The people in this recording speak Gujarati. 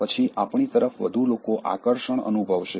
પછી આપણી તરફ વધુ લોકો આકર્ષણ અનુભવશે